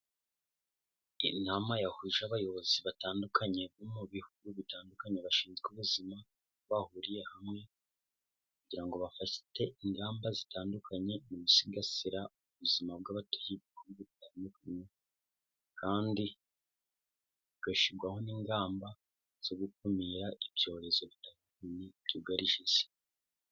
Ni inama yahuje abayobozi batandukanye bo mu bihugu bitandukanye bashinzwe ubuzima, bahuriye hamwe kugira ngo bafate ingamba zitandukanye mu gusigasira ubuzima bw'abatuye ibihugu bitandukanye kandi bigashyirwaho n'ingamba zo gukumira ibyorezo bitatu binini byugarije isi.